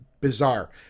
bizarre